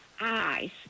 eyes